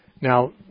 Now